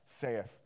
saith